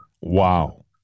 wow